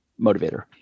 motivator